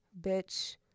bitch